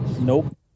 Nope